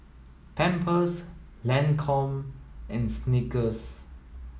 Pampers Lancome and Snickers